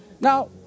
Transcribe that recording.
now